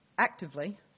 actively